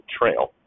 trail